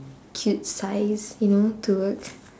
cute size you know to work